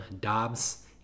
Dobbs